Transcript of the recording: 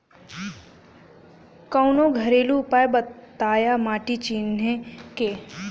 कवनो घरेलू उपाय बताया माटी चिन्हे के?